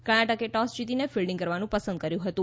કર્ણાટકે toss જીતીને fielding કરવાનું પસંદ કર્યું હતું